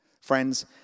friends